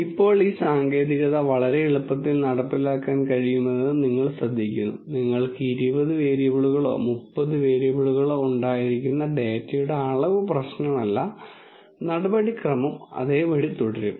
ഇപ്പോൾ ഈ സാങ്കേതികത വളരെ എളുപ്പത്തിൽ നടപ്പിലാക്കാൻ കഴിയുമെന്നത് നിങ്ങൾ ശ്രദ്ധിക്കുന്നു നിങ്ങൾക്ക് 20 വേരിയബിളുകളോ 30 വേരിയബിളുകളോ ഉണ്ടായിരിക്കാവുന്ന ഡാറ്റയുടെ അളവ് പ്രശ്നമല്ല നടപടിക്രമം അതേപടി തുടരും